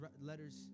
letters